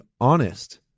honest